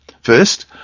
First